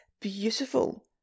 beautiful